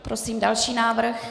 Prosím o další návrh.